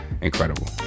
incredible